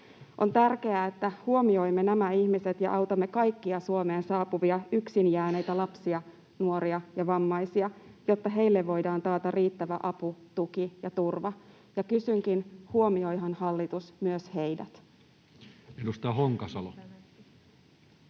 On tärkeää, että huomioimme nämä ihmiset ja autamme kaikkia Suomeen saapuvia yksin jääneitä lapsia, nuoria ja vammaisia, jotta heille voidaan taata riittävä apu, tuki ja turva. Ja kysynkin: huomioihan hallitus myös heidät? [Speech 40]